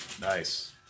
Nice